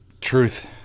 Truth